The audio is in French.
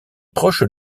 proches